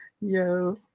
Yo